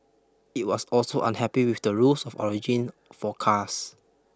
it was also unhappy with the rules of origin for cars